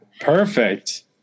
Perfect